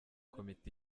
komite